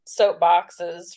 soapboxes